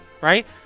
right